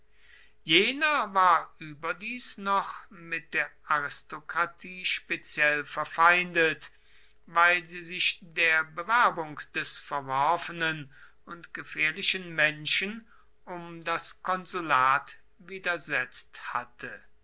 jener war überdies noch mit der aristokratie speziell verfeindet weil sie sich der bewerbung des verworfenen und gefährlichen menschen um das konsulat widersetzt hatte